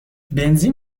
بنزین